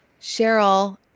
Cheryl